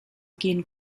gehen